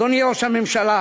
אדוני ראש הממשלה,